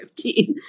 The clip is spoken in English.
15